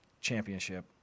championship